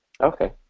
Okay